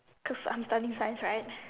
cause I'm studying science right